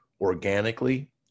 organically